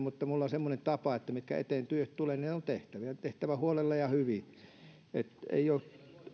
mutta minulla on semmoinen tapa että ne työt mitkä tulevat eteen on tehtävä ja tehtävä huolella ja hyvin